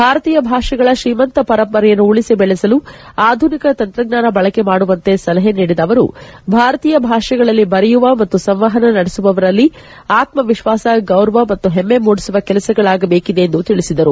ಭಾರತೀಯ ಭಾಷೆಗಳ ತ್ರೀಮಂತ ಪರಂಪರೆಯನ್ನು ಉಳಿಸ ಬೆಳೆಸಲು ಆಧುನಿಕ ತಂತ್ರಜ್ಞಾನ ಬಳಕೆ ಮಾಡುವಂತೆ ಸಲಹೆ ನೀಡಿದ ಆವರು ಭಾರತೀಯ ಭಾಷೆಗಳಲ್ಲಿ ಬರೆಯುವ ಮತ್ತು ಸಂವಹನ ನಡೆಸುವವರಲ್ಲಿ ಆತ್ನ ವಿಶ್ವಾಸ ಗೌರವ ಮತ್ತು ಹೆಮ್ಮೆ ಮೂಡಿಸುವ ಕೆಲಸಗಳಾಗಬೇಕಿದೆ ಎಂದು ತಿಳಿಸಿದರು